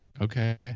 Okay